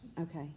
Okay